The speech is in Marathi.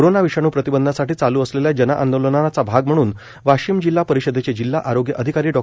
कोरोना विषाणू प्रतिबंधासाठी चालू असलेल्या जनांदोलनाचा भाग म्हणून वाशिम जिल्हा परिषदेचे जिल्हा आरोग्य अधिकारी डॉ